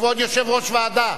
כבוד יושב-ראש הוועדה,